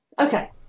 Okay